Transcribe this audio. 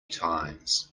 times